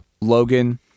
Logan